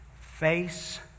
face